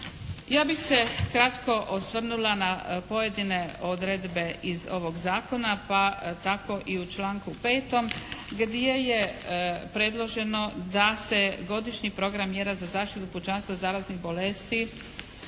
Ja bih se kratko osvrnula na pojedine odredbe iz ovog zakona pa tako i u članku 5. gdje je predloženo da se godišnji program mjera za zaštitu pučanstva od zaraznih bolesti